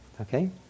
Okay